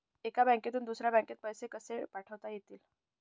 एका बँकेतून दुसऱ्या बँकेत पैसे कसे पाठवता येतील?